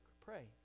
Pray